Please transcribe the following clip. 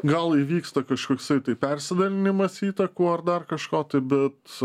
gal įvyksta kažkoksai tai persidalinimas įtakų ar dar kažko bet